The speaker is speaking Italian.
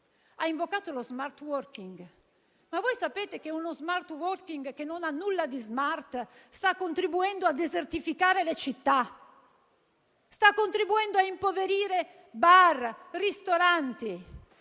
ha invocato lo *smart working*. Ma voi sapete che uno *smart working* che non ha nulla di *smart* sta contribuendo a desertificare le città? Sta contribuendo a impoverire bar e ristoranti